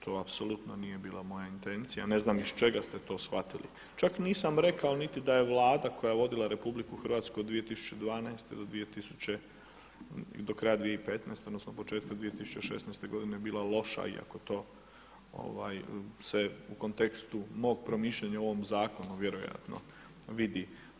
To apsolutno nije bila moja intencija, ne znam iz čega ste to shvatili, čak nisam rekao niti da je Vlada koja je vodila RH od 2012. do kraja 2015., odnosno početka 2016. godina bila loša iako to se u kontekstu mog promišljanja o ovom zakona vjerojatno vidi.